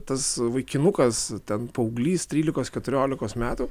tas vaikinukas ten paauglys trylikos keturiolikos metų